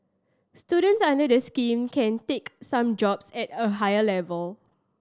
students under the scheme can take some jobs at a higher level